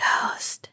ghost